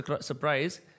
surprise